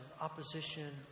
opposition